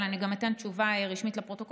אבל אני אתן גם תשובה רשמית לפרוטוקול,